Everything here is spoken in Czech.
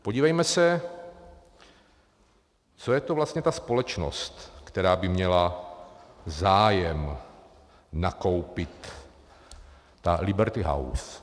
Podívejme se, co je to vlastně ta společnost, která by měla zájem nakoupit, ta Liberty House.